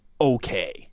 okay